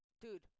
Dude